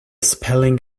spelling